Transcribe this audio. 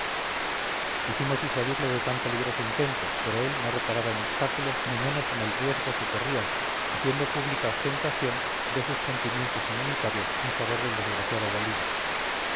quisimos disuadirle de tan peligroso intento pero él no reparaba en obstáculos ni menos en el riesgo que corría haciendo pública ostentación de sus sentimientos humanitarios en favor del desgraciado valido